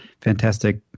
Fantastic